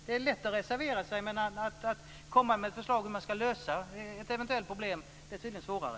Det är lätt att reservera sig, men att komma med ett förslag på hur man ska lösa ett eventuellt problem är tydligen svårare.